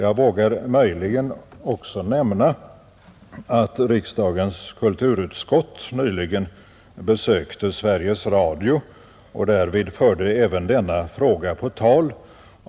Jag vågar möjligen också nämna att riksdagens kulturutskott nyligen besökte Sveriges Radio och därvid förde även denna fråga på tal.